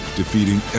defeating